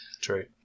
True